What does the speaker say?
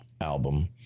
album